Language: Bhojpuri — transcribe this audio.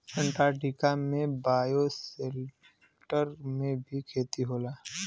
अंटार्टिका में बायोसेल्टर में ही खेती होला